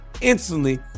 instantly